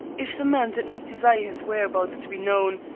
if the man did not desire his whereabouts to be known,